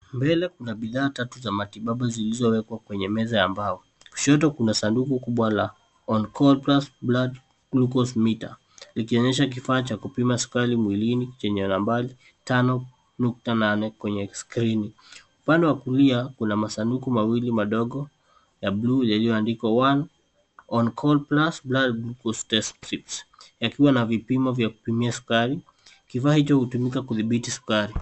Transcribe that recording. Mbele kuna bidhaa tatu za matibabu zilizowekwa kwenye meza ya mbao. Kushoto kuna sanduku kubwa la On call plus glucose meter likionyesha kifaa cha kupima sukari mwilini chenye nambari 5.8 kwenye skrini. Upande wa kulia kuna masunduki mawili madogo ya bluu yalioandikwa One on call plus blood glucose test strips yakiwa na vipimo ya kupimia sukari. Kifaa hicho hutumika kutibiti sukari